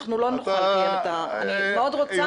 אנחנו לא נוכל לקיים את ה אני מאוד רוצה,